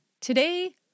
Today